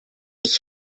ich